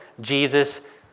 Jesus